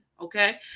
Okay